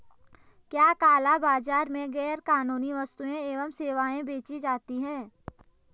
क्या काला बाजार में गैर कानूनी वस्तुएँ एवं सेवाएं बेची जाती हैं?